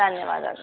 ధన్యవాదాలు